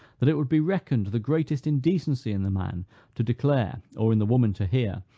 that it would be reckoned the greatest indecency in the man to declare, or in the woman to hear,